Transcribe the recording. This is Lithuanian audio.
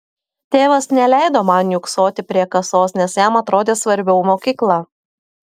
tėvas neleido man niūksoti prie kasos nes jam atrodė svarbiau mokykla